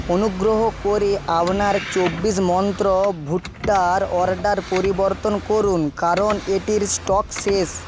অনুগ্রহ করে আবনার চব্বিশ মন্ত্র ভুট্টার অর্ডার পরিবর্তন করুন কারণ এটির স্টক শেষ